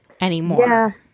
anymore